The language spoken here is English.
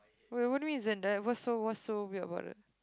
wait what do you mean Zendaya what's so what's so weird about it